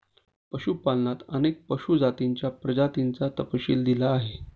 पशुपालनात अनेक पशु जातींच्या प्रजातींचा तपशील दिला आहे